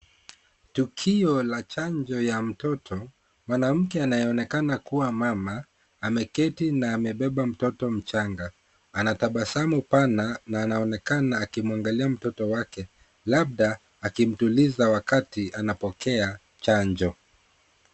Tukio la chanjo ya mtoto, mwanamke anayeonekana kuwa mama, ameketi na amebeba mtoto mchanga. Anatabasamu pana na anaonekana akimwangalia mtoto wake, labda akimtuliza wakati anapokea chanjo.